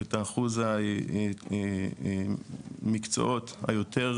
את אחוז המקצועות היותר